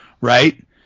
right